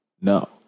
No